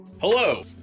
Hello